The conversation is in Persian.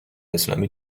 اسلامی